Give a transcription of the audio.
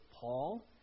Paul